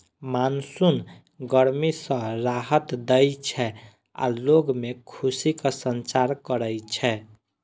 monsoon गर्मी सं राहत दै छै आ लोग मे खुशीक संचार करै छै